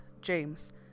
James